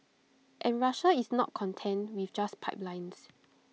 and Russia is not content with just pipelines